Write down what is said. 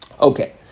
Okay